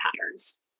patterns